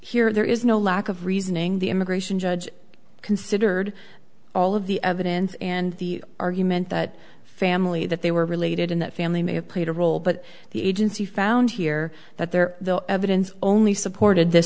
here there is no lack of reasoning the immigration judge considered all of the evidence and the argument that family that they were related in that family may have played a role but the agency found here that there the evidence only supported th